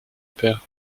père